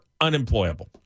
unemployable